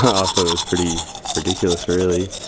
and thought it was pretty ridiculous really.